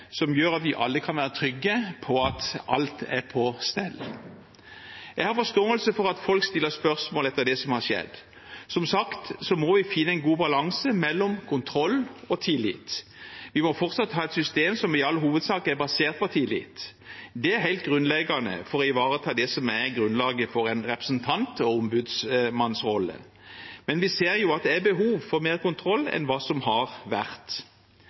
som gjør at vi alle kan være trygge på at alt er på stell. Jeg har forståelse for at folk stiller spørsmål etter det som har skjedd. Som sagt må vi finne en god balanse mellom kontroll og tillit. Vi må fortsatt ha et system som i all hovedsak er basert på tillit. Det er helt grunnleggende for å ivareta det som er grunnlaget for en representant: ombudsmannsrollen. Vi ser at det er behov for mer kontroll enn hva som har vært.